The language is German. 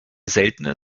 seltene